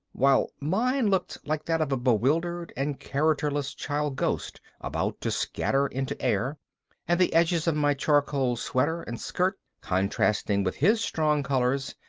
while mine looked like that of a bewildered and characterless child ghost about to scatter into air and the edges of my charcoal sweater and skirt, contrasting with his strong colors,